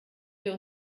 wir